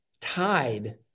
tied